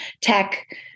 tech